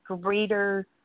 greater